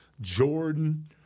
Jordan